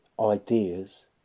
ideas